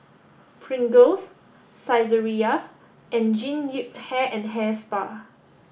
Pringles Saizeriya and Jean Yip Hair and Hair Spa